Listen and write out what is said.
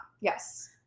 Yes